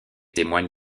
témoigne